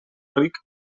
ric